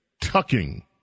tucking